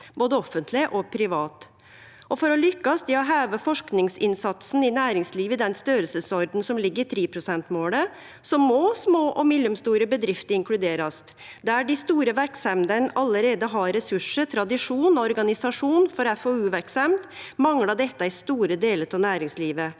både offentleg og privat. Og for å lykkast i å heve forskingsinnsatsen i næringslivet i den storleiken som ligg i 3-prosentmålet, må små og mellomstore bedrifter inkluderast. Der dei store verksemdene allereie har ressursar, tradisjon og organisasjon for FoU-verksemd, manglar dette i store delar av næringslivet.